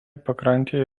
pakrantėje